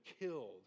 killed